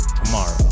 tomorrow